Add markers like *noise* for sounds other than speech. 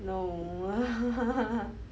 no *laughs*